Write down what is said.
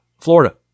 florida